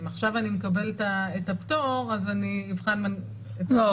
אם עכשיו אני מקבל את הפטור אז אני אבחן את ה --- לא,